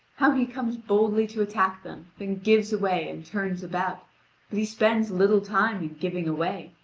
how he comes boldly to attack them, then gives away and turns about but he spends little time in giving away,